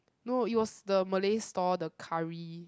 no it was the Malay store the curry